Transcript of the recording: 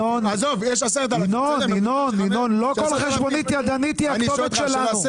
לא כל חשבונית ידנית היא הכתובת שלנו .